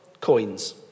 coins